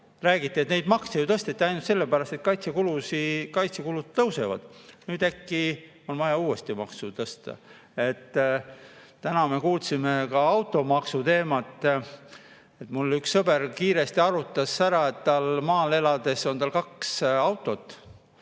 räägitud, et neid makse tõsteti ainult sellepärast, et kaitsekulud tõusevad. Nüüd äkki on vaja uuesti maksu tõsta. Täna me kuulsime ka automaksu kohta. Mul üks sõber kiiresti arvutas. Maal elades on tal kaks autot.